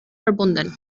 verbunden